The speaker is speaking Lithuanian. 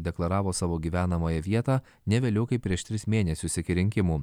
deklaravo savo gyvenamąją vietą ne vėliau kaip prieš tris mėnesius iki rinkimų